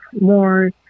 more